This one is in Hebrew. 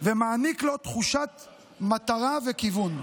ומעניק לו תחושת מטרה וכיוון.